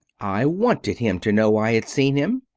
i wanted him to know i had seen him.